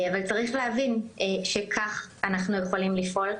אבל צריך להבין שכך אנחנו יכולים לפעול.